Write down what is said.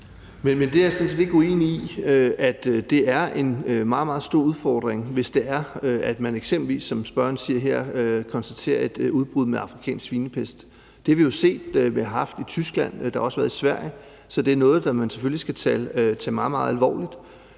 Men det er jeg sådan set ikke uenig i. Det er en meget, meget stor udfordring, hvis man eksempelvis, som spørgeren siger her, konstaterer et udbrud med afrikansk svinepest. Det har vi jo set. Man har haft det i Tyskland, og det har også været i Sverige. Så det er noget, man selvfølgelig skal tage meget, meget alvorligt,